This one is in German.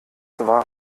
war